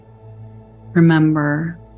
Remember